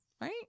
Right